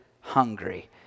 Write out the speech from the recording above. hungry